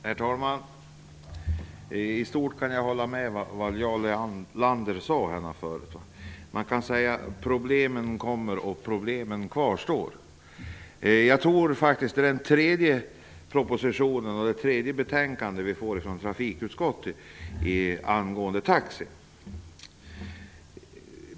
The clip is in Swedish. Herr talman! I stort kan jag hålla med Jarl Lander. Man kan säga att problemen kommer och problemen kvarstår. Jag tror att det är det tredje betänkandet från trafikutskottet angående taxi.